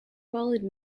followed